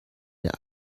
der